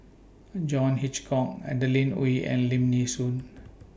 John Hitchcock Adeline Ooi and Lim Nee Soon